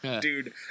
Dude